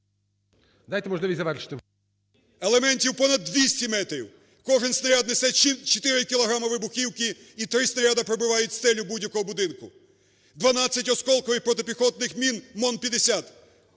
Дайте можливість завершити.